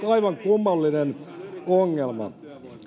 aivan kummallinen ongelma